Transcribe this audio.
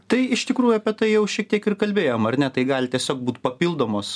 tai iš tikrųjų apie tai jau šiek tiek ir kalbėjom ar ne tai gali tiesiog būt papildomos